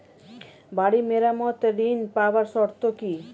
বাড়ি মেরামত ঋন পাবার শর্ত কি?